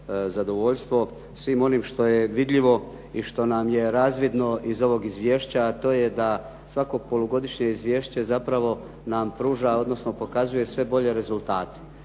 zadovoljstvo svim onim što je vidljivo i što nam je razvidno iz ovog izvješća, a to je da svako polugodišnje izvješće zapravo nam pruža, odnosno pokazuje sve bolje rezultate.